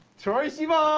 troye sivan.